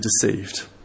deceived